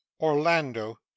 orlando